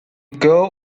goal